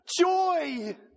Joy